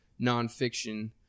nonfiction